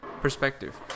perspective